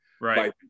Right